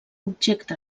objecte